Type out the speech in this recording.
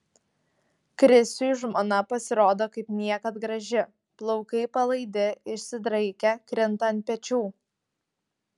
krisiui žmona pasirodo kaip niekad graži plaukai palaidi išsidraikę krinta ant pečių